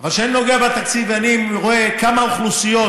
אבל כשאני נוגע בתקציב ואני רואה כמה אוכלוסיות